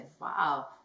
Wow